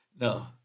No